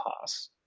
pass